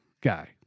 guy